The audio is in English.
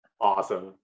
awesome